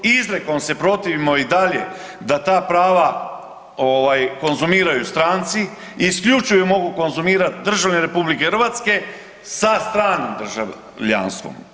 Izrijekom se protivimo i dalje da ta prava konzumiraju stranci, isključivo mogu konzumirati državljani RH sa stranim državljanstvom.